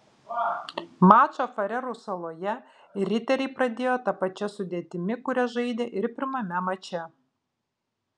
mačą farerų saloje riteriai pradėjo ta pačia sudėtimi kuria žaidė ir pirmame mače